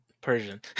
Persian